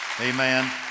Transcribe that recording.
Amen